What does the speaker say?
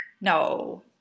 no